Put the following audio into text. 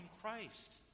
Christ